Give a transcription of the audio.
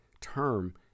term